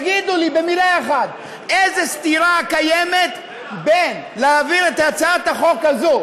תגידו לי במילה אחת: איזו סתירה קיימת בין להעביר את הצעת החוק הזאת